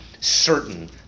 certain